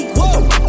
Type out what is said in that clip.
Whoa